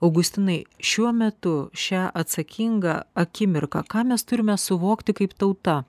augustinai šiuo metu šią atsakingą akimirką ką mes turime suvokti kaip tauta